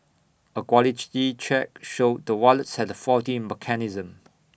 A quality check showed the wallets had faulty mechanism